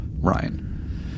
Ryan